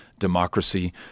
Democracy